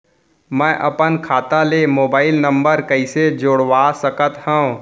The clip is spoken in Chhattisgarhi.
मैं अपन खाता ले मोबाइल नम्बर कइसे जोड़वा सकत हव?